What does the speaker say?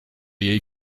jej